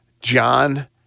John